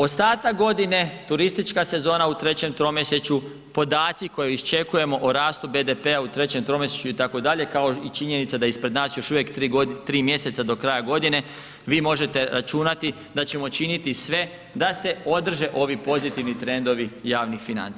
Ostatak godine, turistička sezona u trećem tromjesečju, podaci koje iščekujemo o rastu BDP-a u trećem tromjesečju itd., kao i činjenica da je ispred nas još uvijek 3 mjeseca do kraja godine, vi možete računati da ćemo činiti sve da se održe ovi pozitivni trendovi javnih financija.